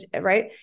right